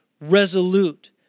resolute